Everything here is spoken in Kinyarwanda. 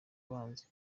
banzi